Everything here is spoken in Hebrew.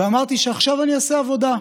ואמרתי שעכשיו שאני אעשה עבודה,